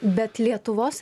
bet lietuvos